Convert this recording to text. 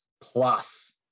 plus